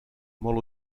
molt